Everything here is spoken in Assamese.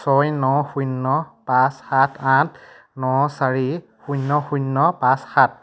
ছয় ন শূন্য পাঁচ সাত আঠ ন চাৰি শূন্য শূন্য পাঁচ সাত